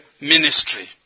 ministry